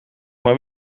mijn